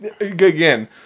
again